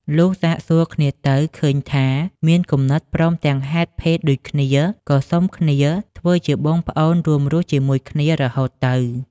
លុះសាកសួរគ្នាទៅ ឃើញថាមានគំនិតព្រមទាំងហេតុភេទដូចគ្នា ក៏សុំគ្នាធ្វើជាបងប្អូនរួមរស់ជាមួយគ្នា រហូតទៅ។